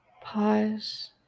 Pause